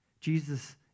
Jesus